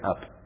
up